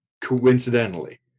coincidentally